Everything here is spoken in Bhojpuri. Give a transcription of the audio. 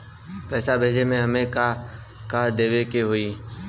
पैसा भेजे में हमे का का देवे के होई?